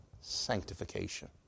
sanctification